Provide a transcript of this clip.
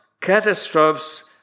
catastrophes